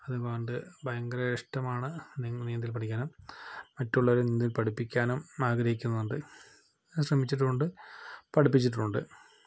അതുകൊണ്ട് ഭയങ്കര ഇഷ്ടമാണ് നീന്തൽ പഠിക്കാനും മറ്റുള്ളവരെ നീന്തൽ പഠിപ്പിക്കാനും ആഗ്രഹിക്കുന്നുണ്ട് ശ്രമിച്ചിട്ടുമുണ്ട് പഠിപ്പിച്ചിട്ടുമുണ്ട്